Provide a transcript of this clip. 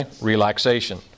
Relaxation